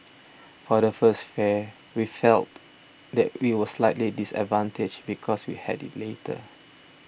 for the first fair we felt that we were slightly disadvantaged because we had it later